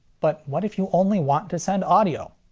but what if you only want to send audio?